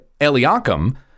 Eliakim